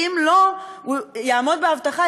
ואם הוא לא יעמוד בהבטחה,